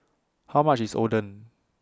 How much IS Oden